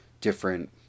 different